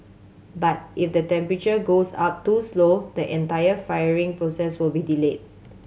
but if the temperature goes up too slow the entire firing process will be delayed